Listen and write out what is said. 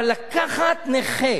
אבל לקחת נכה